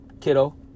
kiddo